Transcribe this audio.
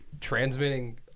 transmitting